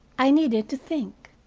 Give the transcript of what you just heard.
i needed to think.